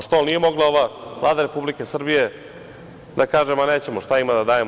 Što, jel nije mogla ova Vlada Republike Srbije da kaže – nećemo, šta ima da dajemo.